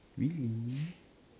really